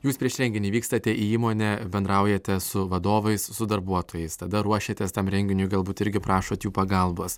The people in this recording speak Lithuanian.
jūs prieš renginį vykstate į įmonę bendraujate su vadovais su darbuotojais tada ruošiatės tam renginiui galbūt irgi prašot jų pagalbos